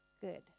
good